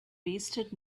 wasted